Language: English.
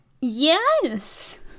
yes